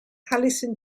alison